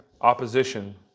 opposition